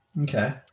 Okay